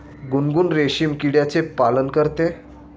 गुनगुन रेशीम किड्याचे पालन करते